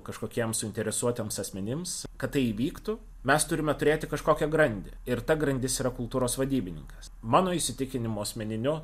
kažkokiems suinteresuotiems asmenims kad tai įvyktų mes turime turėti kažkokią grandį ir ta grandis yra kultūros vadybininkas mano įsitikinimu asmeniniu